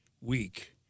week